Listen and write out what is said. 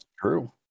True